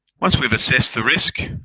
once we've assessed the risk,